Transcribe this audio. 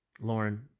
Lauren